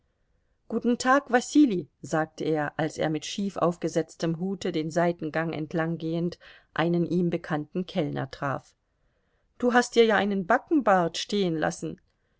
guten tag wasili sagte er als er mit schief aufgesetztem hute den seitengang entlanggehend einen ihm bekannten kellner traf du hast dir ja einen backenbart